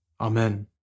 Amen